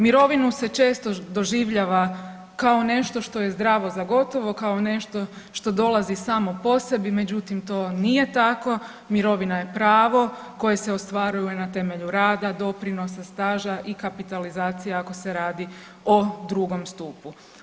Mirovinu se često doživljava kao nešto što je zdravo za gotovo, kao nešto što dolazi samo po sebi, međutim, to nije tako, mirovina je pravo koje se ostvaruje na temelju rada, doprinosa, staža i kapitalizacije, ako se radi o drugom stupu.